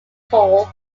toll